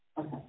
okay